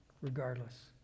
regardless